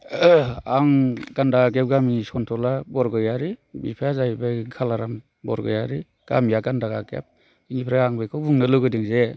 आं गान्दागेब गामिनि सन्तला बरगयारि बिफाया जाहैबाय कालाराम बरगयारि गामिया गान्दागेब बिनिफ्राय आं बेखौ बुंनो लुबैदों जे